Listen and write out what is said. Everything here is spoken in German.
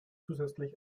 zusätzlich